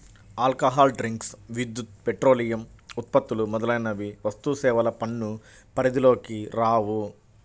alcohol drinks, విద్యుత్, petroleum ఉత్పత్తులు మొదలైనవి వస్తుసేవల పన్ను పరిధిలోకి రావు